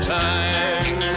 time